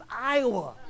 Iowa